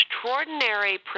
extraordinary